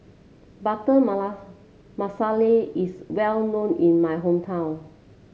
Butter Malasa Masala is well known in my hometown